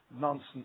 nonsense